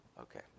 Okay